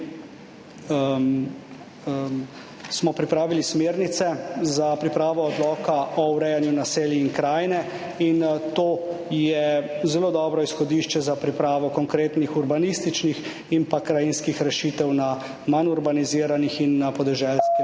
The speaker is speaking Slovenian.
smo pripravili smernice za pripravo odloka o urejanju naselij in krajine. In to je zelo dobro izhodišče za pripravo konkretnih urbanističnih in pa krajinskih rešitev na manj urbaniziranih in na podeželskih